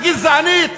הגזענית,